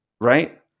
right